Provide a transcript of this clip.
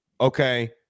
okay